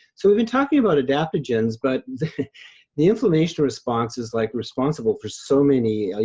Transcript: so we've been talking about adaptogens, but the inflammation response is like responsible for so many, ah you